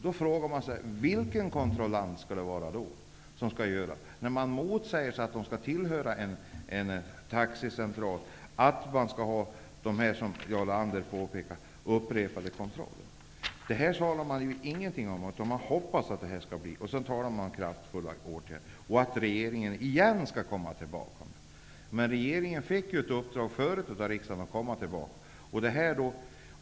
Då frågar man sig vilken kontrollant skall göra den kontrollen. Att man, som Jarl Lander påpekade, skall ha upprepade kontroller motsägs ju av att taxiförarna inte skall tillhöra en taxicentral. Det sägs inget konkret om detta, utan man hoppas att det skall bli så. Sedan talar man om kraftfulla åtgärder och att regeringen ånyo skall komma tillbaka. Men regeringen fick ju tidigare uppdraget att komma tillbaka i ärendet.